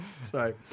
sorry